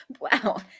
Wow